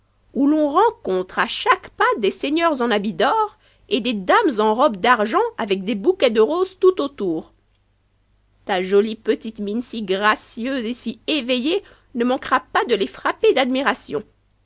où l'on rencontre a chaque pas des seigneurs en habit d'or et des dames en robe d'argent avec des bouquets de roses tout autour ar jie petite mine si gracieuse et si éveillée ne manquera pas de les frapper d'admiration